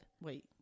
Wait